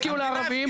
הפקיעו לערבים,